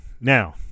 Now